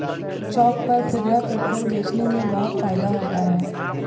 चौक पर खुदरा पेट्रोल बेचने में बहुत फायदा होता है